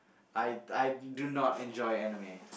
I I do not enjoy anime